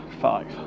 five